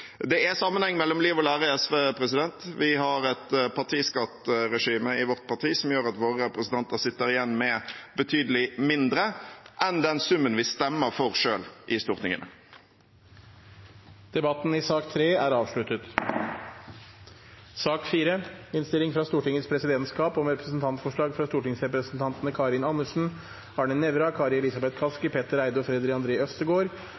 Det er sammenheng mellom liv og lære i SV. Vi har et partiskattregime i vårt parti som gjør at våre representanter sitter igjen med betydelig mindre enn den summen vi stemmer for i Stortinget. Flere har ikke bedt om ordet til sak